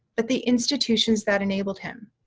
but the institutions that enabled him.